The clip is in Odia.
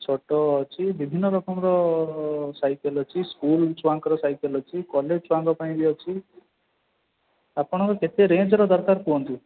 ଛୋଟ ଅଛି ବିଭିନ୍ନ ରକମର ସାଇକେଲ ଅଛି ସ୍କୁଲ ଛୁଆଙ୍କର ସାଇକେଲ ଅଛି କଲେଜ ଛୁଆଙ୍କ ପାଇଁ ବି ଅଛି ଆପଣଙ୍କର କେତେ ରେଞ୍ଜର ଦରକାର କୁହନ୍ତୁ